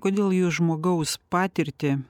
kodėl jūs žmogaus patirtį